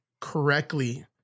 correctly